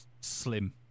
slim